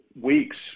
weeks